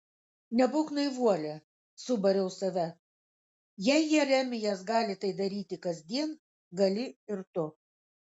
nebūk naivuolė subariau save jei jeremijas gali tai daryti kasdien gali ir tu